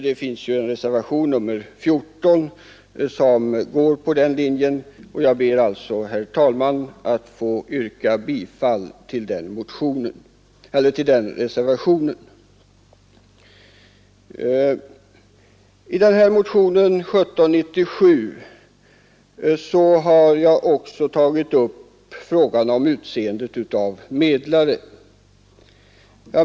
Det finns också en reservation, nr 14, som följer den linjen, och jag ber alltså, herr talman, att få yrka bifall till den reservationen. I motionen 1797 har jag också tagit upp frågan om utseende av medlare.